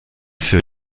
für